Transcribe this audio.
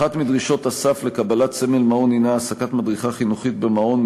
אחת מדרישות הסף לקבלת סמל מעון היא העסקת מדריכה חינוכית במעון,